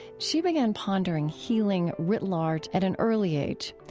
she began pondering healing writ large at an early age.